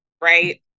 Right